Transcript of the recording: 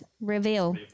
Reveal